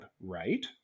right